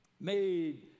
made